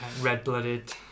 Red-blooded